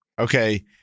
Okay